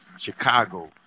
Chicago